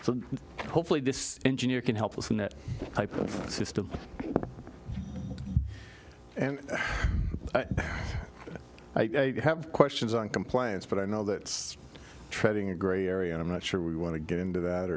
so hopefully this engineer can help us in that type of system and i have questions on compliance but i know that it's treading a gray area and i'm not sure we want to get into that